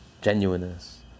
genuineness